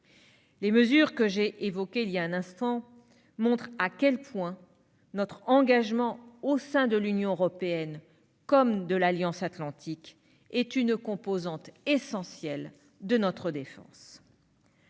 Les mesures que j'ai évoquées, il y a un instant, montrent à quel point notre engagement au sein de l'Union européenne comme de l'Alliance atlantique est une composante essentielle de notre défense.